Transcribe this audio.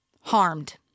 harmed